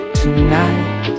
tonight